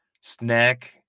snack